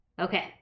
Okay